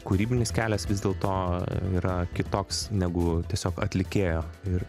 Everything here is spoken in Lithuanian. kūrybinis kelias vis dėlto yra kitoks negu tiesiog atlikėjo ir